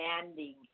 demanding